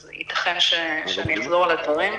אז ייתכן שאחזור על הדברים.